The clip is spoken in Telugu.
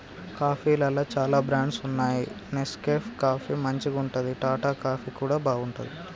కాఫీలల్ల చాల బ్రాండ్స్ వున్నాయి నెస్కేఫ్ కాఫీ మంచిగుంటది, టాటా కాఫీ కూడా బాగుంటది